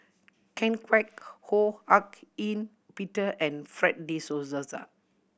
Ken Kwek Ho Hak Ean Peter and Fred De Souza